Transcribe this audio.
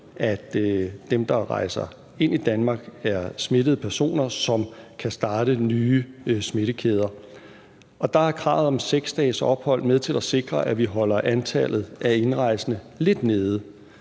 at dem, der rejser ind i Danmark, er smittede personer, som kan starte nye smittekæder. Og der er kravet om 6 dages ophold med til at sikre, at vi holder antallet af indrejsende lidt nede.